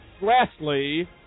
Grassley